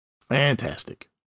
fantastic